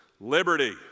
liberty